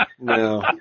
No